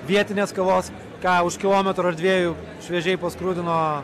vietinės kavos ką už kilometro ar dviejų šviežiai paskrudino